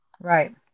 right